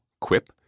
Quip